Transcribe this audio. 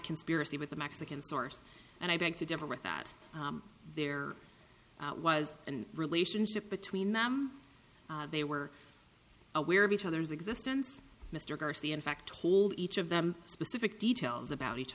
conspiracy with the mexican source and i beg to differ with that there was and relationship between them they were aware of each other's existence mr darcy in fact told each of them specific details about each